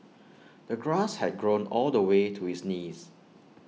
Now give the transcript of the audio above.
the grass had grown all the way to his knees